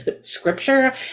scripture